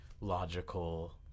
logical